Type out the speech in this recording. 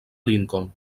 lincoln